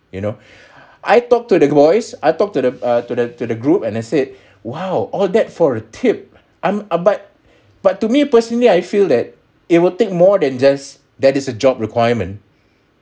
you know I talked to the voice I talked to the err to the to the group and I said !wow! all that for a tip I'm a but but to me personally I feel that it will take more than just that is a job requirement